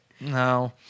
No